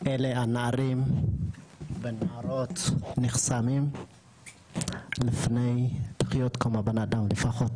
אלה הנערים והנערות נחסמים לפני לחיות כמו בנאדם לפחות,